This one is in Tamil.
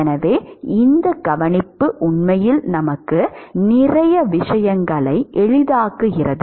எனவே இந்த கவனிப்பு உண்மையில் நமக்கு நிறைய விஷயங்களை எளிதாக்குகிறது